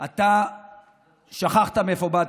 אתה שכחת מאיפה באת.